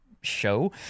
show